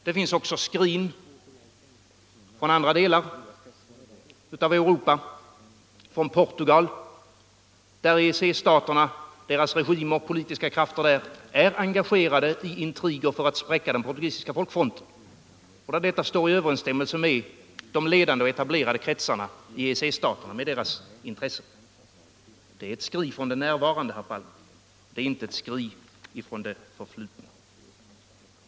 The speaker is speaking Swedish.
Det finns skrin från andra delar av Europa, från Portugal, där regimer och politiska krafter hos EEC-länder är engagerade i intriger för att spräcka den portugisiska folkfronten, vilket står i överensstämmelse med intressena hos de ledande och etablerade kretsarna i EEC-staterna. Det är ett skri från det närvarande, herr Palm. Det är inte ett skri från det förflutna.